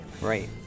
Right